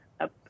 up